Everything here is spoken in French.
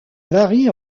varie